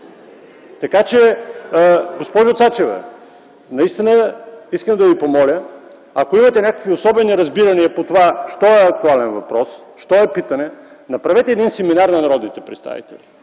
изядем! Госпожо Цачева, искам да Ви помоля, ако имате някакви особени разбирания по това – що е актуален въпрос, що е питане – направете един семинар на народните представители